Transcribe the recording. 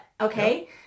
Okay